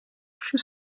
she